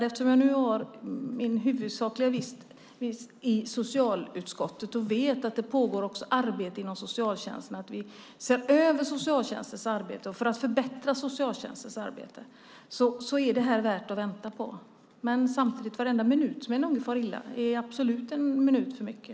Eftersom jag nu har min huvudsakliga hemvist i socialutskottet och vet att det också pågår arbete inom socialtjänsten, vill jag att vi ser över socialtjänstens arbete. Och för att förbättra socialtjänstens arbete är det här värt att vänta på. Men samtidigt är en enda minut som en unge far illa absolut en minut för mycket.